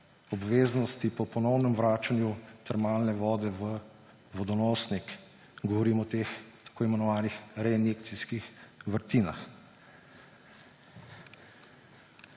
obveznosti po ponovnem vračanju termalne vode v vodonosnik, govorim o teh tako imenovanih reinjekcijskih vrtinah.